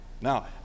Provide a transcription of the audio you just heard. Now